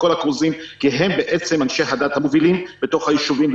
המואזינים כי הם בעצם אנשי הדת המובילים בתוך היישובים,